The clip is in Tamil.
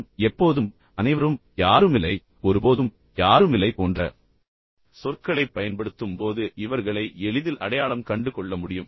அனைவரும் எப்போதும் அனைவரும் யாரும் இல்லை ஒருபோதும் யாரும் இல்லை போன்ற சொற்களைப் பயன்படுத்தும்போது இவர்களை எளிதில் அடையாளம் கண்டுகொள்ள முடியும்